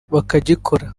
bakagikora